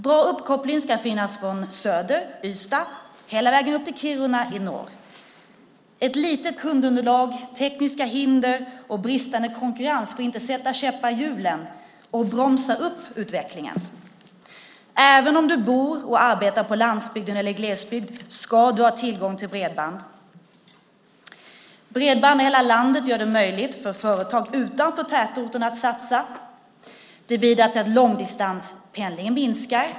Bra uppkoppling ska finnas från Ystad i söder hela vägen upp till Kiruna i norr. Ett litet kundunderlag, tekniska hinder och bristande konkurrens får inte sätta käppar i hjulen och bromsa upp utvecklingen. Även om du bor och arbetar på landsbygden eller i glesbygd ska du ha tillgång till bredband. Bredband i hela landet gör det möjligt för företag utanför tätorten att satsa. Det bidrar till att långdistanspendlandet kan minska.